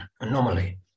anomaly